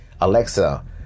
Alexa